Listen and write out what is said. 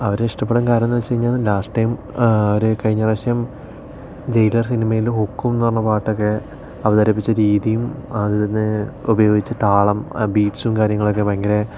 അവരെ ഇഷ്ടപ്പെടാൻ കാരണം എന്നു വച്ച് കഴിഞ്ഞാൽ ലാസ്റ്റ് ടൈം അവർ കഴിഞ്ഞ പ്രാവിശ്യം ജയിലർ സിനിമയിൽ ഹുക്കും എന്നു പറഞ്ഞ പാട്ടൊക്കെ അവതരിപ്പിച്ച രീതിയും അതിൽ ഉപയോഗിച്ച താളം ബീറ്റ്സും കാര്യങ്ങളൊക്കെ ഭയങ്കര